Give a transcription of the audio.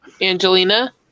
Angelina